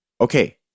Okay